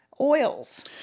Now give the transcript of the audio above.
oils